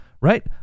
right